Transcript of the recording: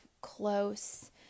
close